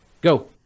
Go